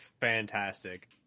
fantastic